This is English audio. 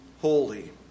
holy